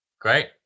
Great